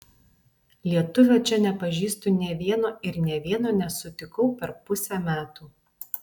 lietuvio čia nepažįstu nė vieno ir nė vieno nesutikau per pusę metų